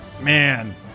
Man